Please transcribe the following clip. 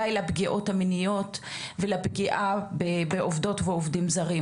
די לפגיעות המיניות ולפגיעה בעובדים זרים ובעובדות זרות.